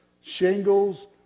shingles